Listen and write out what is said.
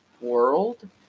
World